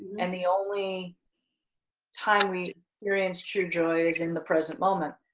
and the only time we experience true joy is in the present moment,